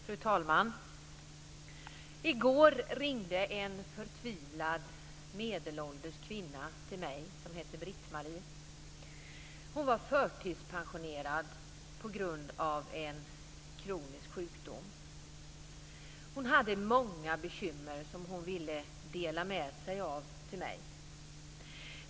Fru talman! I går ringde en förtvivlad medelålders kvinna som hette Britt-Marie till mig. Hon var förtidspensionerad på grund av en kronisk sjukdom. Hon hade många bekymmer som hon ville dela med sig av till mig.